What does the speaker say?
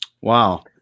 wow